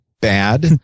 bad